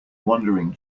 wandering